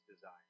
desire